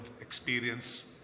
experience